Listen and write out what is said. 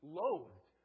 loathed